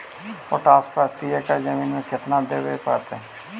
Potash प्रति एकड़ जमीन में केतना देबे पड़तै?